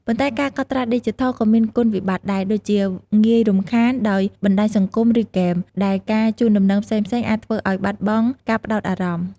ប៉ុន្តែការកត់ត្រាឌីជីថលក៏មានគុណវិបត្តិដែរ ដូចជា ងាយរំខាន ដោយបណ្ដាញសង្គមឬហ្គេម ដែលការជូនដំណឹងផ្សេងៗអាចធ្វើឱ្យបាត់បង់ការផ្ដោតអារម្មណ៍។